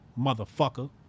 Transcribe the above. motherfucker